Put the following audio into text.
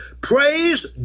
Praise